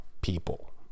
people